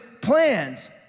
plans